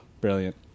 brilliant